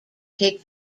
take